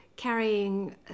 carrying